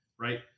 right